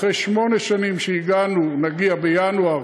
אחרי שמונה שנים, כשנגיע בינואר